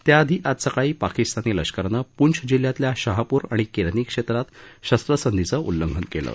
त्याआधी आज सकाळी पाकिस्तानी लष्करानं पूंछ जिल्ह्यातल्या शाहपूर आणि क्रिसी क्षम्रात शस्वसंधीचं उल्लंघन कलि